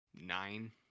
nine